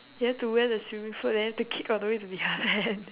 you have to wear the swimming float then you have to kick all the way to the other end